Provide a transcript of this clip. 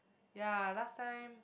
ya last time